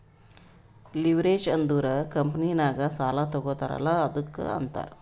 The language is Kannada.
ಲಿವ್ರೇಜ್ ಅಂದುರ್ ಕಂಪನಿನಾಗ್ ಸಾಲಾ ತಗೋತಾರ್ ಅಲ್ಲಾ ಅದ್ದುಕ ಅಂತಾರ್